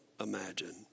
imagine